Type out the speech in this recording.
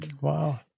Wow